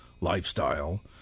lifestyle